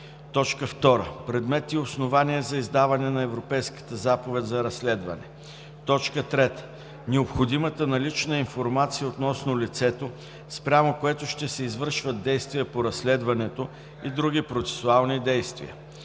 2. предмет и основания за издаване на Европейската заповед за разследване; 3. необходимата налична информация относно лицето, спрямо което ще се извършват действия по разследването, и други процесуални действия;